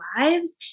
lives